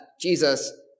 Jesus